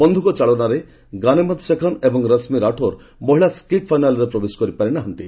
ବନ୍ଧୁକ ଚାଳନାରେ ଗାନେମତ ଶେଖନ ଏବଂ ରଶ୍ମି ରାଠୋର ମହିଳା ସ୍କିଟ୍ ଫାଇନାଲରେ ପ୍ରବେଶ କରିପାରିନାହାନ୍ତି